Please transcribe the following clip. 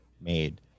made